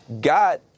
got